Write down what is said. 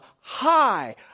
high